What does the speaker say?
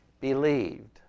believed